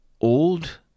old